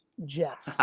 jets.